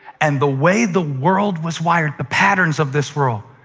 and the way the world was wired, the patterns of this world,